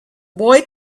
boy